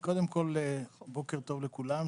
בוקר טוב לכולם,